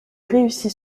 réussit